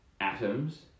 atoms